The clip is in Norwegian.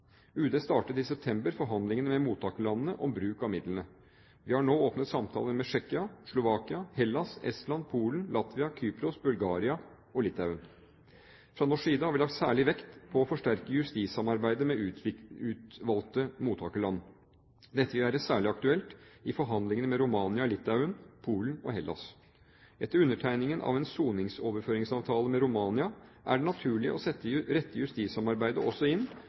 UD startet i september forhandlingene med mottakerlandene om bruk av midlene. Vi har nå åpnet samtaler med Tsjekkia, Slovakia, Hellas, Estland, Polen, Latvia, Kypros, Bulgaria og Litauen. Fra norsk side har vi lagt særlig vekt på å forsterke justissamarbeidet med utvalgte mottakerland. Dette vil være særlig aktuelt i forhandlingene med Romania, Litauen, Polen og Hellas. Etter undertegningen av en soningsoverføringsavtale med Romania er det naturlig å rette justissamarbeidet også inn